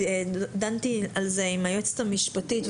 ודנתי על זה עם היועצת המשפטית,